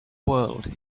world